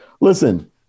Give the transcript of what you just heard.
listen